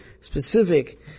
Specific